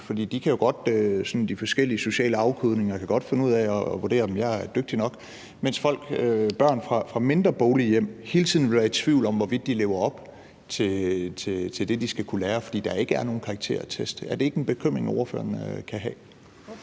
kan finde ud af at vurdere, om de er dygtige nok, mens børn fra mindre boglige hjem hele tiden ville være i tvivl om, hvorvidt de lever op til det, de skal lære, fordi der ikke er nogen karakterer og test? Er det ikke en bekymring, ordføreren kan have?